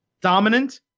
dominant